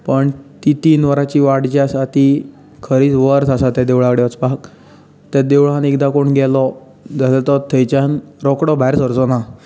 पूण ती तीन वरांची वाट जी आसा ती खरीच वर्थ आसा त्या देवळा कडेन वचपाक त्या देवळांत एकदां कोण गेलो जाल्यार तो थंयच्यान रोखडो भायर सरचो ना